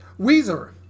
Weezer